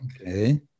Okay